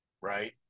right